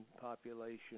population